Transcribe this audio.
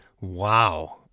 Wow